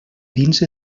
dins